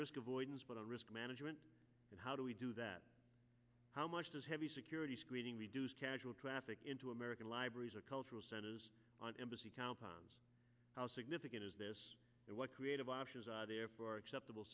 risk avoidance but on risk management and how do we do that how much does heavy security screening reduce casual traffic into american libraries or cultural centers on embassy count how significant is this and what creative options are there for acceptable